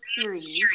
series